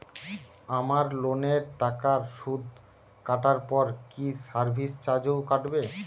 আমার লোনের টাকার সুদ কাটারপর কি সার্ভিস চার্জও কাটবে?